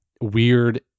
weird